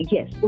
Yes